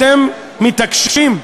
אתם מתעקשים,